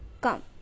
come